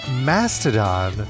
Mastodon